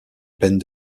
peine